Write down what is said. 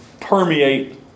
permeate